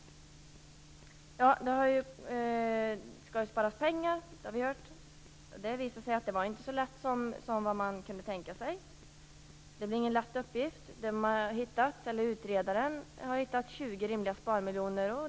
Det skall sparas pengar, har vi hört. Det visade sig att det inte var så lätt som man hade tänkt sig. Det blir ingen lätt uppgift. Utredaren har hittat 20 rimliga sparmiljoner.